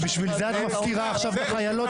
בשביל זה את מפקירה עכשיו את החיילות?